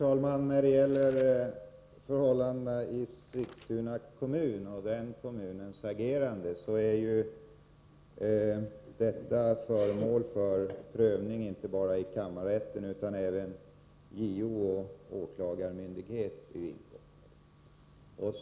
Herr talman! Förhållandena i Sigtuna kommun och den kommunens agerande är föremål för prövning inte bara i kammarrätten, utan även JO och åklagarmyndigheten är inkopplade.